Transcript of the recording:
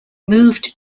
moved